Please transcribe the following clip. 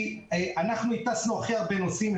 אנחנו הטסנו הכי הרבה נוסעים,